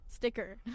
Sticker